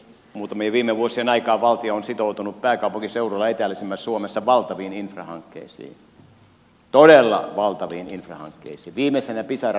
muutamien viime vuosien aikaan valtio on sitoutunut pääkaupunkiseudulla eteläisimmässä suomessa valtaviin infrahankkeisiin todella valtaviin infrahankkeisiin viimeisenä pisara rata